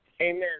Amen